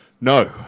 No